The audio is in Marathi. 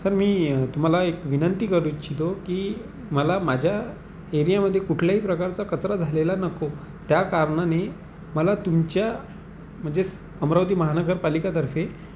सर मी तुम्हाला एक विनंती करू इच्छितो की मला माझ्या एरियामध्ये कुठल्याही प्रकारचा कचरा झालेला नको त्या कारणाने मला तुमच्या म्हणजेच अमरावती महानगरपालिकातर्फे